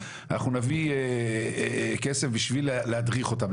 אנחנו נביא כסף בשביל להדריך אותם,